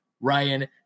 Ryan